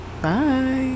Bye